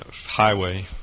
highway